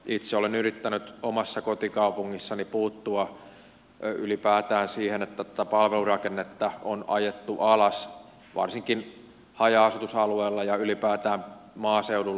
itse olen yrittänyt omassa kotikaupungissani puuttua ylipäätään siihen että palvelurakennetta on ajettu alas varsinkin haja asutusalueella ja ylipäätään maaseudulla